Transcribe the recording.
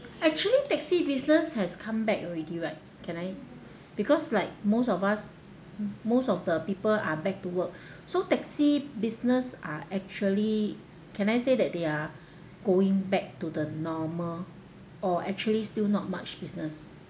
actually taxi business has come back already right can I because like most of us most of the people are back to work so taxi business uh actually can I say that they are going back to the normal or actually still not much business